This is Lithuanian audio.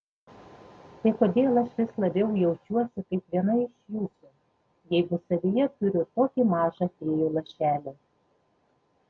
tai kodėl aš vis labiau jaučiuosi kaip viena iš jūsų jeigu savyje turiu tokį mažą fėjų lašelį